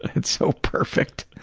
it's so perfect.